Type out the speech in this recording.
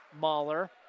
Mahler